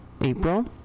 April